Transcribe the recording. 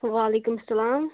وعلیکم السلام